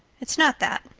it's not that.